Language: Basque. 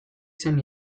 zen